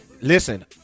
Listen